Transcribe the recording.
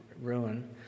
ruin